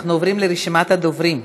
אנחנו עוברים לרשימת הדוברים.